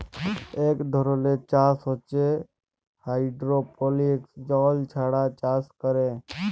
ইক ধরলের চাষ হছে হাইডোরোপলিক্স জল ছাড়া চাষ ক্যরে